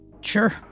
Sure